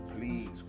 please